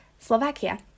Slovakia